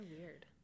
weird